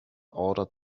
order